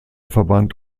verband